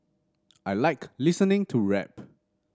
I like listening to rap